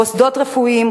מוסדות רפואיים,